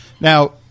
Now